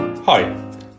Hi